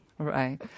Right